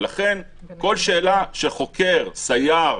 ולכן כל שאלה שחוקר, סייר,